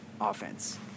offense